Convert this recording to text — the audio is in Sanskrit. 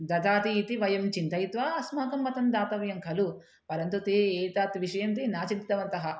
ददाति इति वयं चिन्तयित्वा अस्माकं मतं दातव्यं खलु परन्तु ते एतत् विषयं ते न चिन्तितवन्तः